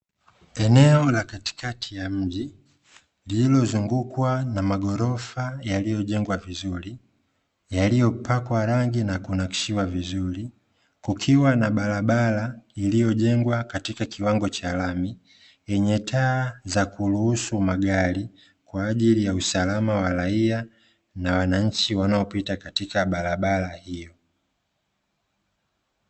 Eneo la katikati ya mji lililozungukwa na maghorofa yaliyojengwa vizuri, yaliyopakwa rangi na kunakishiwa vizuri. Kukiwa na barabara iliyojengwa katika kiwango cha lami, yenye taa za kuruhusu magari kwa ajili ya usalama wa raia, na wananchi wanaopita katika barabara hiyo.